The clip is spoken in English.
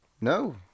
no